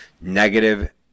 Negative